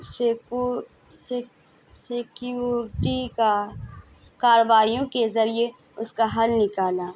سیک security کا کارروائیوں کے ذریعے اس کا حل نکالا